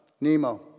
Nemo